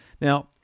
Now